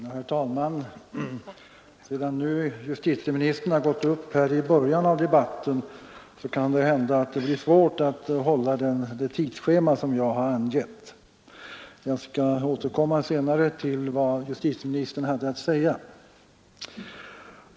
Herr talman! Eftersom justitieministern gick in i början av debatten kan det hända att det blir svårt för mig att hålla det tidsschema som jag har angett. Jag återkommer senare till vad justitieministern hade att säga.